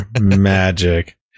magic